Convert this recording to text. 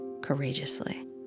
courageously